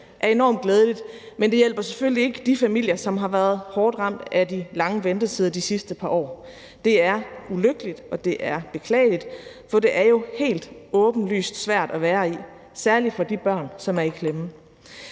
er enormt glædeligt, men det hjælper selvfølgelig ikke de familier, som har været hårdt ramt af de lange ventetider i de sidste par år. Det er ulykkeligt, og det er beklageligt, for det er jo helt åbenlyst svært at være i, særlig for de børn, som er i klemme.